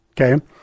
Okay